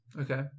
Okay